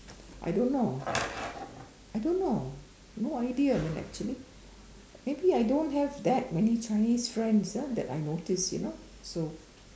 I don't know I don't know no idea man actually maybe I don't have that many Chinese friends ah that I noticed you know so